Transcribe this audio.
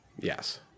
Yes